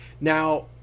Now